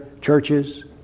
churches